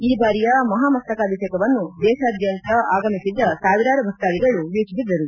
ಈ ಬಾರಿಯ ಮಹಾಮಸ್ತಾಭಿಷೇಕವನ್ನು ದೇಶಾದ್ಧಂತ ಆಗಮಿಸಿದ್ದ ಸಾವಿರಾರು ಭಕ್ತಾದಿಗಳು ವೀಕ್ಷಿಸಿದರು